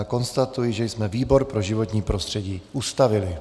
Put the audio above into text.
Konstatuji, že jsme výbor pro životní prostředí ustavili.